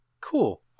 Cool